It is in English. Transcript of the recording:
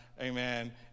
Amen